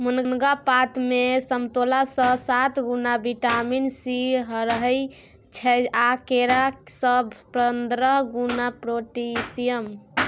मुनगा पातमे समतोलासँ सात गुणा बिटामिन सी रहय छै आ केरा सँ पंद्रह गुणा पोटेशियम